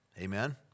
Amen